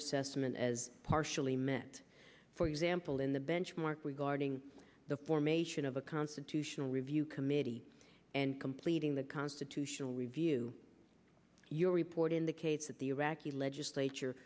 assessment as partially met for example in the benchmark regarding the formation of a constitutional review committee and completing the constitutional review your report indicates that the iraqi legislature